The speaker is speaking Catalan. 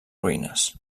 ruïnes